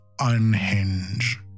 unhinge